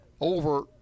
over